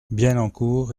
bienencourt